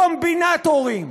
קומבינטורים,